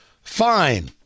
fine